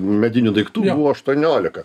medinių daiktų buvo aštuoniolika